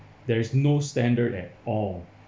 there is no standard at all